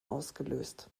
ausgelöst